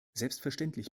selbstverständlich